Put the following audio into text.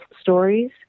stories